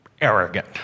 arrogant